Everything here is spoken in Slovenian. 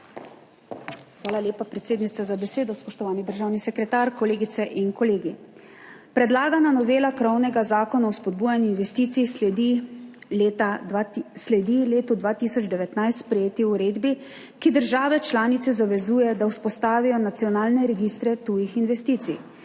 Hvala lepa predsednica za besedo. Spoštovani državni sekretar, kolegice in kolegi! Predlagana novela krovnega Zakona o spodbujanju investicij sledi letu 2019 sprejeti uredbi, ki države članice zavezuje, da vzpostavijo nacionalne registre tujih investicij,